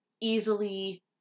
easily